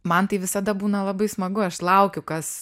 man tai visada būna labai smagu aš laukiu kas